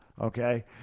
okay